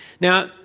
Now